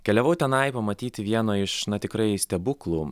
keliavau tenai pamatyti vieno iš na tikrai stebuklų